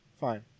Fine